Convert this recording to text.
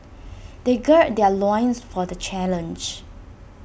they gird their loins for the challenge